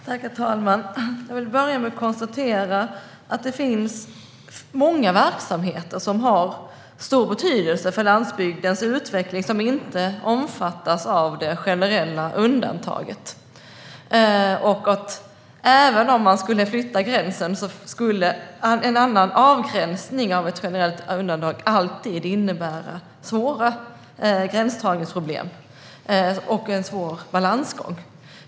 Herr talman! Jag vill börja med att konstatera att det finns många verksamheter som har stor betydelse för landsbygdens utveckling och som inte omfattas av det generella undantaget. Även om man flyttade gränsen skulle en annan avgränsning av ett generellt undantag alltid innebära svåra gränsdragningsproblem och en svår balansgång.